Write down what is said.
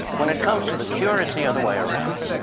when it comes to the cure, it's the other way around.